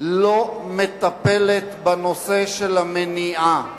לא מטפלת בנושא המניעה.